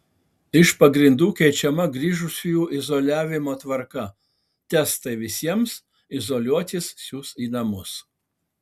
iš pagrindų keičiama grįžusiųjų izoliavimo tvarką testai visiems izoliuotis siųs į namus